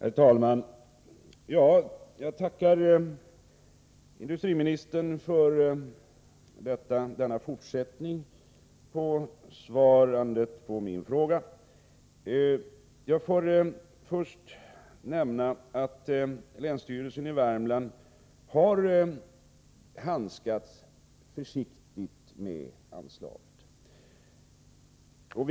Herr talman! Jag tackar industriministern för denna fortsättning på besvarandet av min fråga. Jag får först nämna att länsstyrelsen i Värmlands län har handskats försiktigt med anslaget.